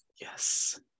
Yes